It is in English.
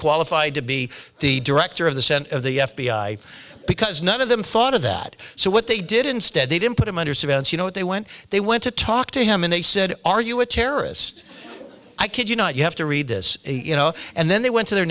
qualified to be the director of the center of the f b i because none of them thought of that so what they did instead they didn't put him under surveillance you know what they went they went to talk to him and they said are you a terrorist i kid you not you have to read this you know and then they went to their